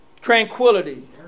tranquility